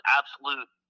absolute